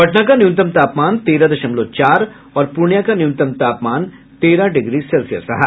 पटना का न्यूनतम तापमान तेरह दशमलव चार और पूर्णिया का न्यूनतम तापमान तेरह डिग्री सेल्सियस रहा